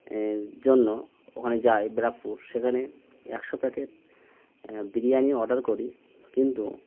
জন্য ওখানে যায় ব্যারাকপুর সেখানে একশো প্যাকেট বিরিয়ানি অর্ডার করি কিন্তু